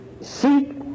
seek